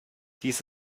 dies